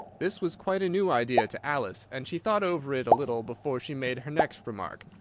this was quite a new idea to alice, and she thought over it a little before she made her next remark.